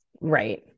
Right